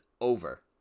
over